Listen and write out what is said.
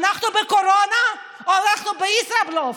אנחנו בקורונה או אנחנו בישראבלוף?